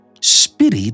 spirit